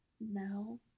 No